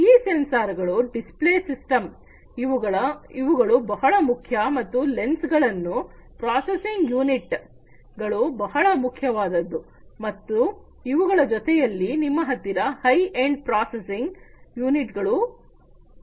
ಈ ಸೆನ್ಸಾರ್ಗಳು display system ಇವುಗಳು ಬಹಳ ಮುಖ್ಯ ಮತ್ತು ಲೆನ್ಸುಗಳು ಪ್ರಾಸೆಸಿಂಗ್ ಯೂನಿಟ್ ಗಳು ಬಹಳ ಮುಖ್ಯವಾದದ್ದು ಮತ್ತು ಇವುಗಳ ಜೊತೆಯಲ್ಲಿ ನಿಮ್ಮ ಹತ್ತಿರ ಹೈ ಎಂಡ್ ಪ್ರಾಸೆಸಿಂಗ್ ಯೂನಿಟ್ ಗಳು ಇರಬೇಕು